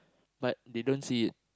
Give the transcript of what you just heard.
but they don't see it